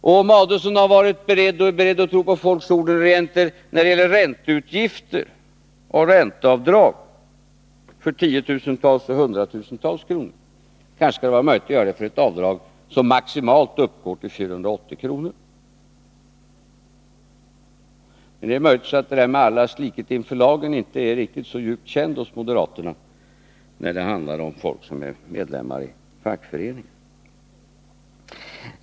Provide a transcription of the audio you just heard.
Och om Ulf Adelsohn varit beredd att tro på folks ord när det gäller avdrag för ränteutgifter på hundratusentals kronor, kanske det kan vara möjligt att göra detta för avdrag som maximalt uppgår till 480 kr. Men möjligen är allas likhet inför lagen inte så djupt känd hos moderaterna när det handlar om folk som är medlemmar i fackföreningar.